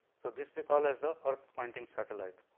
so, this we call as the earth pointing satellite.